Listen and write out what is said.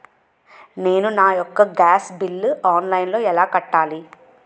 నేను నా యెక్క గ్యాస్ బిల్లు ఆన్లైన్లో ఎలా కట్టాలి?